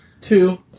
Two